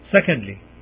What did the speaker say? secondly